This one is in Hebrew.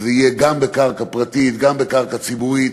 שזה יהיה גם בקרקע פרטית וגם בקרקע ציבורית,